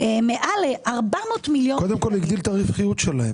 מעל 400 מיליון- -- קודם כל הגדיל את הרווחיות שלהם.